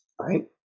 Right